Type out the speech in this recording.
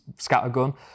scattergun